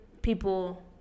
People